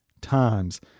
times